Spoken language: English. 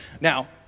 Now